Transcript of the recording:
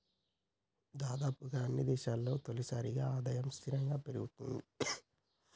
దాదాపుగా అన్నీ దేశాల్లో తలసరి ఆదాయము స్థిరంగా పెరుగుతది